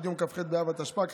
עד יום כ"ח באב התשפ"ג,